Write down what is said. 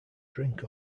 drink